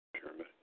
pyramid